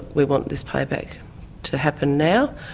we want this payback to happen now.